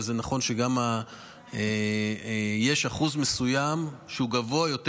וזה נכון שיש אחוז מסוים שהוא גבוה יותר,